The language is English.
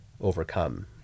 overcome